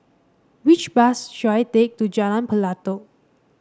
which bus should I take to Jalan Pelatok